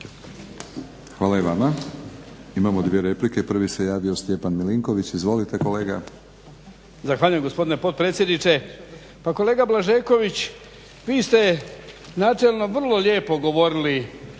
Hvala i vama. Imamo dvije replike. Prvi se javio Stjepan Milinković. Izvolite kolega. **Milinković, Stjepan (HDZ)** Zahvaljujem gospodine potpredsjedniče. Pa kolega Blažeković, vi ste načelno vrlo lijepo govorili